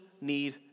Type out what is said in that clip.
need